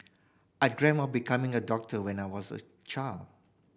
I dream of becoming a doctor when I was a child